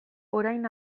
orain